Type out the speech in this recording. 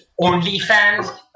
OnlyFans